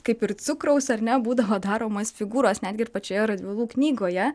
kaip ir cukraus ar ne būdavo daromos figūros netgi ir pačioje radvilų knygoje